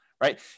right